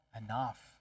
enough